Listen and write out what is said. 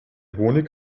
honig